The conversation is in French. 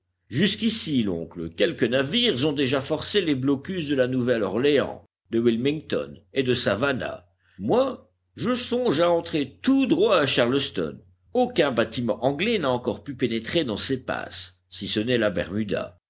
jusqu'ici l'oncle quelques navires ont déjà forcé les blocus de la nouvelle-orléans de willmington et de avannah oi je songe à entrer tout droit à charleston aucun bâtiment anglais n'a encore pu pénétrer dans ses passes si ce n'est la bermuda